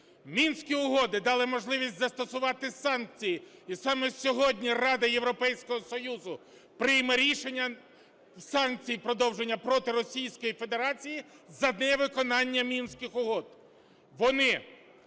Мінські угоди дали можливість застосувати санкції і саме сьогодні Рада Європейського Союзу прийме рішення… санкцій продовження проти Російської Федерації за невиконання Мінських угод. Вони,